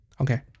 okay